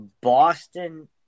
Boston